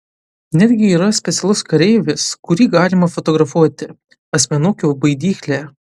netgi yra specialus kareivis kurį galima fotografuoti asmenukių baidyklė